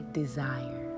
desire